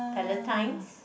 Palatine's